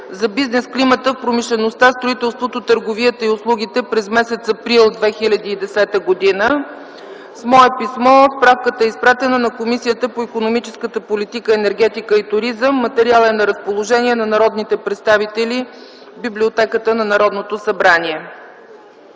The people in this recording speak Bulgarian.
за бизнес климата в промишлеността, строителството, търговията и услугите през м. април 2010 г.”. С мое писмо справката е изпратена на Комисията по икономическата политика, енергетика и туризъм. Материалът е на разположение на народните представители в Библиотеката на Народното събрание.